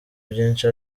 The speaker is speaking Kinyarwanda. byinshi